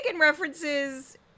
references